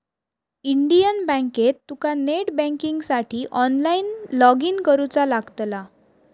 Indian बँकेत तुका net बँकिंगसाठी ऑनलाईन लॉगइन करुचा लागतला